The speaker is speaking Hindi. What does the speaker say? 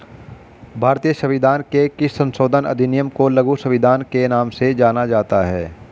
भारतीय संविधान के किस संशोधन अधिनियम को लघु संविधान के नाम से जाना जाता है?